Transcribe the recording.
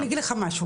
אני אגיד לך משהו,